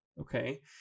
Okay